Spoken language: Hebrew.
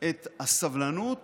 את הסבלנות